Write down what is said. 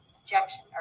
Objection